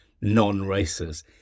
non-racers